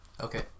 okay